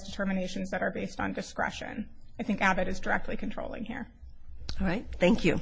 determinations that are based on discretion i think of it as directly controlling here right thank you